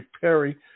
Perry